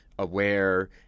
aware